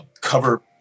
cover